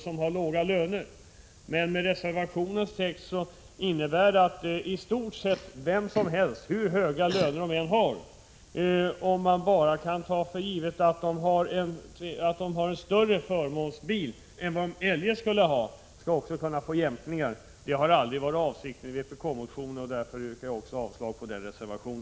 Men reservation 6 innebär att nu gällande jämkning skall gälla i stort sett vilka människor som helst, hur höga löner de än har, ”om det är uppenbart att förmånstagaren disponerar en väsentligt större bil än han eljest skulle ha haft”. Detta var aldrig avsikten med vpk-motionen, och därför yrkar jag avslag på denna reservation.